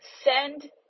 send